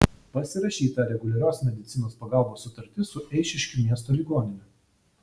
pasirašyta reguliarios medicinos pagalbos sutartis su eišiškių miesto ligonine